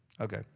Okay